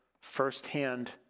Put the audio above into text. firsthand